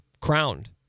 crowned